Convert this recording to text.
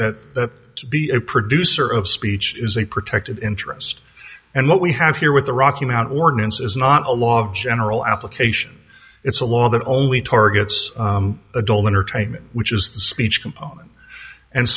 say that to be a producer of speech is a protected interest and what we have here with the rocky mount ordinance is not a lot of general application it's a law that only targets adult entertainment which is the speech component and